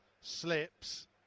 slips